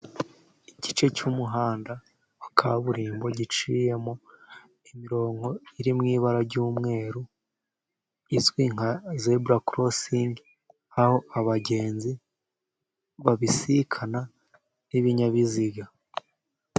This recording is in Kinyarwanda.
Igice cy'umuhanda wa kaburimbo giciyemo imirongo iri mw'ibara ry'umweru izwi nka zebura korosingi, aho abagenzi babisikana n'ibinyabiziga.